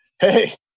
Hey